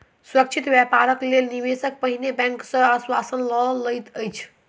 सुरक्षित व्यापारक लेल निवेशक पहिने बैंक सॅ आश्वासन लय लैत अछि